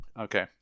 Okay